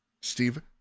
Steve